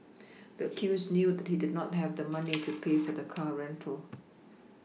the accused knew he did not have the money to pay for the car rental